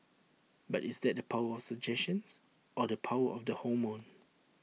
but is that the power of suggestion or the power of the hormone